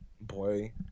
boy